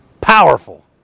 Powerful